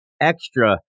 extra